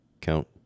Count